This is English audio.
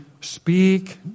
speak